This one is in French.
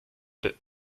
peu